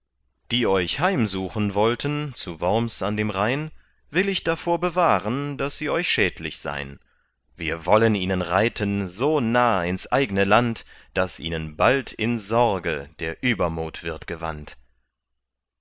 die euch heimsuchen wollten zu worms an dem rhein will ich davor bewahren daß sie euch schädlich sei'n wir wollen ihnen reiten so nah ins eigne land daß ihnen bald in sorge der übermut wird gewandt